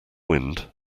wind